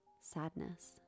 sadness